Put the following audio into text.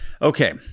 Okay